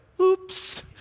oops